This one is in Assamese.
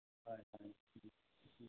হয়